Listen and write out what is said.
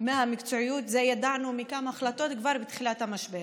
מהמקצועיות ידענו מכמה החלטות כבר בתחילת המשבר,